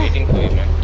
equipment